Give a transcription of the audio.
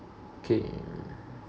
okay uh